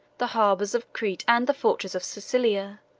the harbors of crete and the fortresses of cilicia,